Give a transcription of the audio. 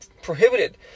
Prohibited